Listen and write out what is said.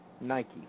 Nike